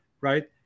right